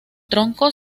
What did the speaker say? tronco